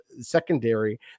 secondary